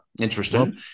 interesting